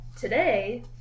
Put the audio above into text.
Today